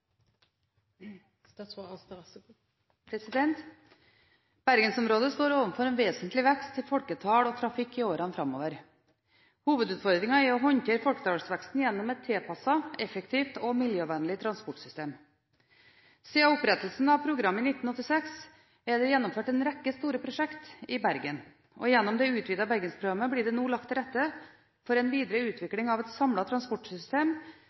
Bergensområdet står overfor en vesentlig vekst i folketall og trafikk i årene framover. Hovedutfordringen er å håndtere folketallsveksten gjennom et tilpasset, effektivt og miljøvennlig transportsystem. Siden opprettelsen av programmet i 1986 er det gjennomført en rekke store prosjekter i Bergen, og gjennom det utvidede Bergensprogrammet blir det nå lagt til rette for en videre utvikling av et samlet transportsystem